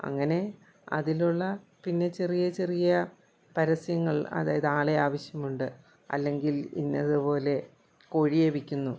അങ്ങനെ അതിലുള്ള പിന്നെ ചെറിയ ചെറിയ പരസ്യങ്ങൾ അതായത് ആളെ ആവശ്യമുണ്ട് അല്ലെങ്കിൽ ഇന്നതുപോലെ കോഴിയെ വിൽക്കുന്നു